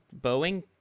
Boeing